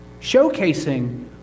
showcasing